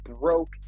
broke